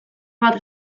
bat